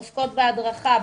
עוסקות בהדרכה,